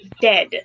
dead